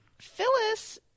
Phyllis